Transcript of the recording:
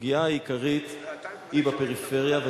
היא בפריפריה.